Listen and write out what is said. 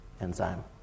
enzyme